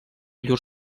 llur